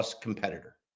competitor